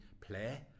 play